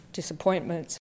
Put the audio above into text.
disappointments